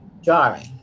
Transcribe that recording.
jarring